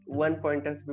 one-pointer